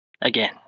Again